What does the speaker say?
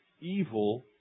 evil